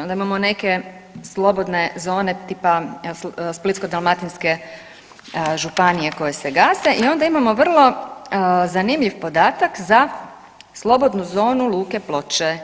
Onda imamo neke slobodne zone tipa Splitsko-dalmatinske županije koje se gase i onda imamo vrlo zanimljiv podatak za slobodnu zonu luke Ploče